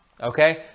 Okay